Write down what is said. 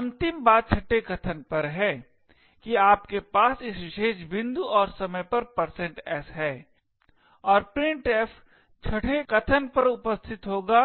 अंतिम बात छठे कथन पर है कि आपके पास इस विशेष बिंदु और समय पर s है और printf छठे कथन पर उपस्थित होगा